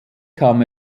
kam